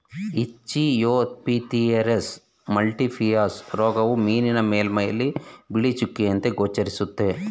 Ichthyophthirius multifiliis ರೋಗವು ಮೀನಿನ ಮೇಲ್ಮೈಯಲ್ಲಿ ಬಿಳಿ ಚುಕ್ಕೆಯಂತೆ ಗೋಚರಿಸುತ್ತೆ